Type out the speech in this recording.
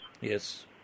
Yes